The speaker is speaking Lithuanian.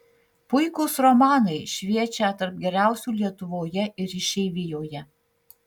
puikūs romanai šviečią tarp geriausių lietuvoje ir išeivijoje